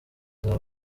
zawe